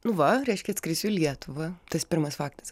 nu va reiškia atskrisiu į lietuvą tas pirmas faktas